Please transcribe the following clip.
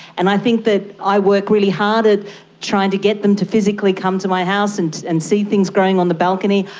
and i think that i work really hard at trying to get them to physically come to my house and and see things growing on the balcony.